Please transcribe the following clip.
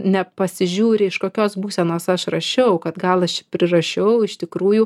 nepasižiūri iš kokios būsenos aš rašiau kad gal aš prirašiau iš tikrųjų